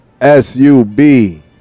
S-U-B